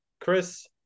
Chris